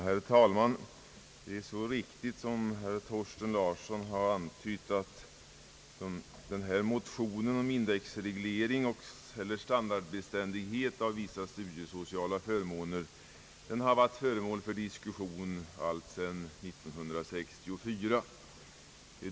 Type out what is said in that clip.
Herr talman! Det är riktigt som herr Thorsten Larsson har antytt att denna motion om indexreglering och standardbeständighet för vissa studiesociala förmåner har varit föremål för debatt alltsedan 1964.